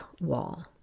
wall